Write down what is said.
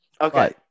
Okay